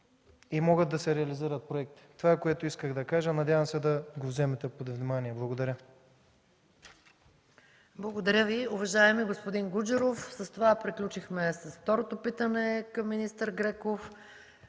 и могат да реализират проекти. Това е, което исках да кажа. Надявам се да го вземете под внимание. Благодаря. ПРЕДСЕДАТЕЛ МАЯ МАНОЛОВА: Благодаря Ви, уважаеми господин Гуджеров. С това приключихме с второто питане към министър Греков.